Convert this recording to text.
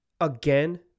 again